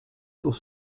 pour